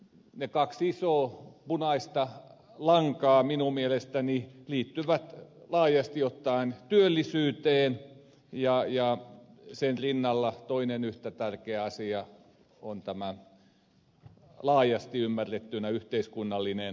ne kaksi isoa punaista lankaa minun mielestäni liittyvät laajasti ottaen työllisyyteen ja sen rinnalla toinen yhtä tärkeä asia on laajasti ymmärrettynä yhteiskunnallinen oikeudenmukaisuus